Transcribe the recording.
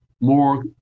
more